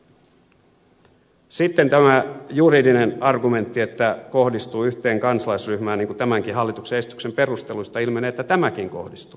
sitten on tämä juridinen argumentti että tämä kohdistuu yhteen kansalaisryhmään niin kuin tämänkin hallituksen esityksen perusteluista ilmenee että tämäkin kohdistuu